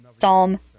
Psalm